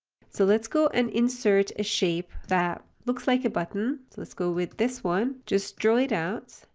so let's go and insert a shape that looks like a button. let's go with this one. just draw it out,